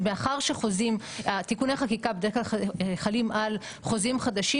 ומאחר שתיקוני חקיקה בדרך חלים על חוזים חדשים,